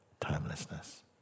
timelessness